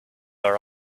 were